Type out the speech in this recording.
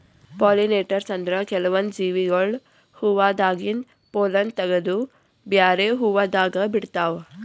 pollinators ಅಂದ್ರ ಕೆಲ್ವನ್ದ್ ಜೀವಿಗೊಳ್ ಹೂವಾದಾಗಿಂದ್ ಪೊಲ್ಲನ್ ತಗದು ಬ್ಯಾರೆ ಹೂವಾದಾಗ ಬಿಡ್ತಾವ್